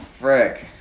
frick